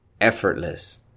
effortless